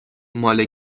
مال